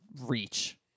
reach